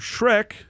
Shrek